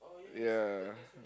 ya